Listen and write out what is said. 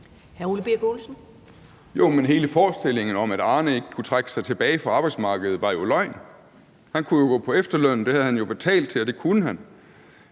Ole Birk Olesen (LA): Jo, men hele forestillingen om, at Arne ikke kunne trække sig tilbage fra arbejdsmarkedet, var jo løgn. Han kunne jo gå på efterløn, det havde han jo betalt til, og det kunne han.